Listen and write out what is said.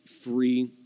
free